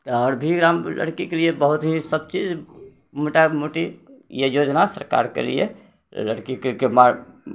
आओर भी एकरामे लड़कीके लिए बहुत चीजसब चीज मोटा मोटी ई योजना सरकारके लिए लड़कीके